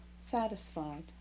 satisfied